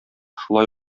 шулай